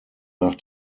nach